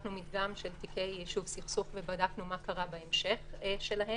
לקחנו מדגם של תיקי יישוב סכסוך ובדקנו מה קרה בהמשך שלהם,